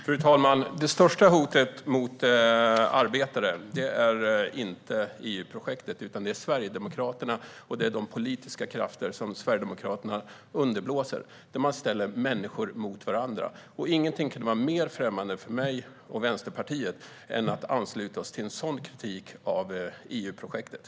Fru talman! Det största hotet mot arbetare är inte EU-projektet utan Sverigedemokraterna och de politiska krafter som Sverigedemokraterna underblåser, där man ställer människor mot varandra. Ingenting kan vara mer främmande för mig och Vänsterpartiet än att ansluta oss till en sådan kritik av EU-projektet.